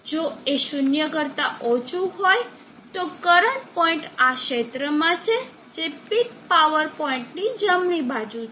જો તે 0 કરતા ઓછું હોય તો કરંટ પોઇન્ટ આ ક્ષેત્રમાં છે જે પીક પાવર પોઇન્ટની જમણી બાજુ છે